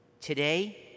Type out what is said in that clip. Today